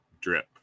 drip